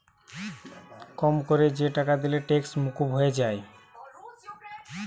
কম কোরে যে টাকা দিলে ট্যাক্স মুকুব হয়ে যায়